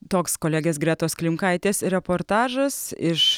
toks kolegės gretos klimkaitės reportažas iš